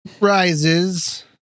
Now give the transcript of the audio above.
Rises